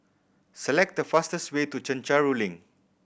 select the fastest way to Chencharu Link